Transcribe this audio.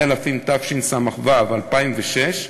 התשס"ו 2006,